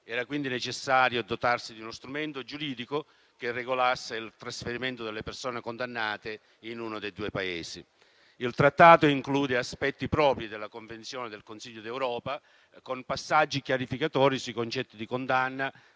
Era quindi necessario dotarsi di uno strumento giuridico che regolasse il trasferimento delle persone condannate in uno dei due Paesi. Il Trattato include aspetti propri della convenzione del Consiglio d'Europa, con passaggi chiarificatori sui concetti di condanna,